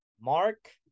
Mark